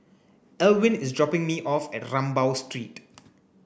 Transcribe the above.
Elwin is dropping me off at Rambau Street